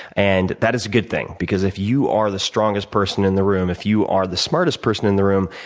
and that is a good thing because if you are the strongest person in the room, if you are the smartest person in the room,